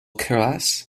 keras